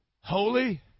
holy